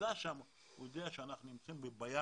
ונמצא יודע שאנחנו נמצאים בבעיה